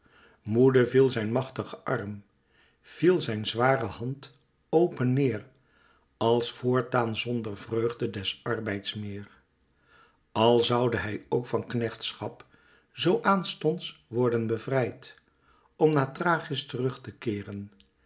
moede viel zijn machtige arm viel zijn zware hand open neêr als voortaan zonder vreugde des arbeids meer al zoude hij ook van knechtschap zoo aanstonds worden bevrijd om naar thrachis terug te keeren